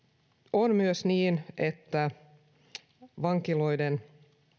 on myös niin että vankiloiden